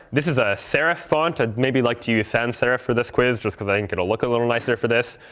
this is a serif font. ah maybe you'd like to use sans serif for this quiz, just because i think it'll look a little nicer for this.